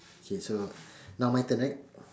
K so now my turn right